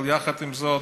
אבל יחד עם זאת,